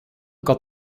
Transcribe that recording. got